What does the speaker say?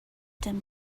than